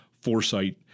foresight